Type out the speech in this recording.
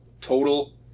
total